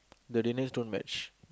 their d_n_a don't match